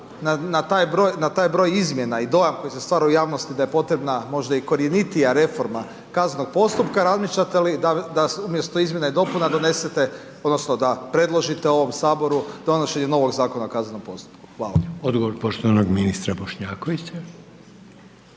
na taj broj izmjena i dojam koji se stvara u javnosti, da je potrebna možda i korijenitija reforma kaznenog postupka, razmišljate li da umjesto izmjena i dopuna donesete odnosno, da predložite ovom Saboru donošenje novog Zakona o kaznenom postupku. Hvala. **Reiner, Željko (HDZ)** Odgovor poštovanog ministra Bošnjakovića.